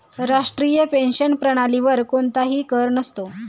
राष्ट्रीय पेन्शन प्रणालीवर कोणताही कर नसतो